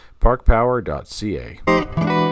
parkpower.ca